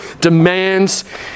demands